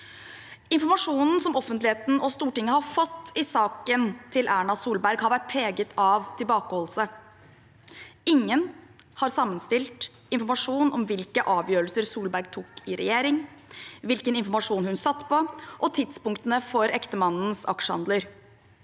Informasjonen som offentligheten og Stortinget har fått i saken til Erna Solberg, har vært preget av tilbakeholdelse. Ingen har sammenstilt informasjon om hvilke avgjørelser Solberg tok i regjering, hvilken informasjon hun satt på, og tidspunktene for ektemannens aksjehandler.